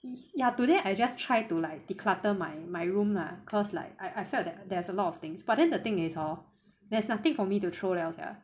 ya today I just try to like declutter my my room lah cause like I I felt that there's a lot of things but then the thing is hor there's nothing for me to throw liao sia